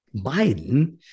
Biden